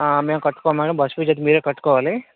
మేము కట్టుకోము madam bus fees అయితే మీరే కట్టుకోవాలి